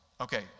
okay